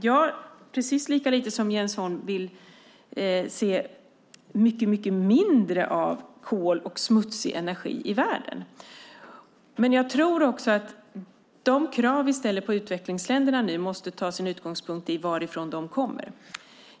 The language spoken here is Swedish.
Jag vill precis som Jens Holm se mycket mindre av kol och smutsig energi i världen. Men jag tror att de krav som vi ställer på utvecklingsländerna måste ta sin utgångspunkt i varifrån de kommer.